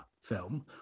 film